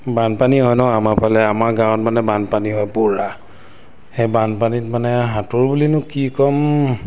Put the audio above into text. বানপানী হয় ন' আমাৰ ফালে আমাৰ গাঁৱত মানে বানপানী হয় পুৰা সেই বানপানীত মানে সাঁতোৰ বুলিনো কি ক'ম